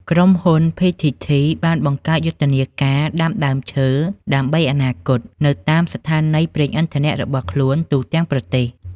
ក្រុមហ៊ុន ភីធីធី (PTT ) បានបង្កើតយុទ្ធនាការ "ដាំដើមឈើដើម្បីអនាគត" នៅតាមស្ថានីយប្រេងឥន្ធនៈរបស់ខ្លួនទូទាំងប្រទេស។